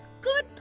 Good